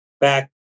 back